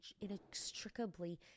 inextricably